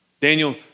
Daniel